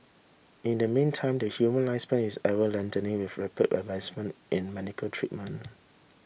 in the meantime the human lifespan is ever lengthening with rapid advancement in medical treatment